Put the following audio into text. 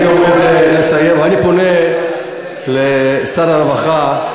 אני פונה אל שר הרווחה: